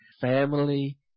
family